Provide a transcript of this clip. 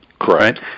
correct